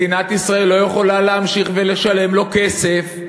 מדינת ישראל לא יכולה להמשיך ולשלם לו כסף,